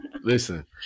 Listen